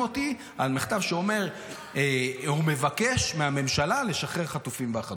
אותי על מכתב שאומר או מבקש מהממשלה לשחרר את החטופים והחטופות?